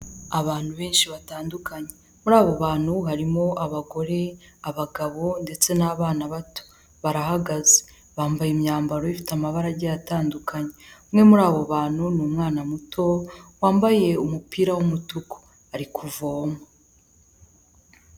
Abantu benshi batandukanye muri abo bantu harimo abagore abagabo ndetse n'abana bato barahagaze bambaye imyambaro ifite amabarage atandukanye umwe muri abo bantu ni umwanawana muto wambaye umupira w'umutuku ari kuvoma.